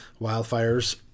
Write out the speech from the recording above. wildfires